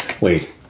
Wait